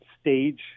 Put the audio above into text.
stage